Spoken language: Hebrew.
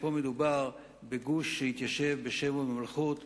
פה מדובר בגוש שהתיישב בשם ובמלכות ובברכה.